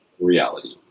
reality